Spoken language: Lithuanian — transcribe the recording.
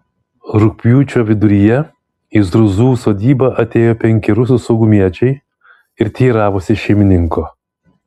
rugpjūčio viduryje į zurzų sodybą atėjo penki rusų saugumiečiai ir teiravosi šeimininko